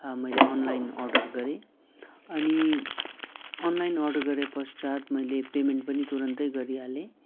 मैले online order गरेँ अनि अनलाइन अर्डर गरेँ पश्चात् मैले पेमेन्ट पनि तुरुन्तै गरिहालेँ